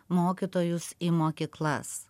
mokytojus į mokyklas